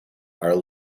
are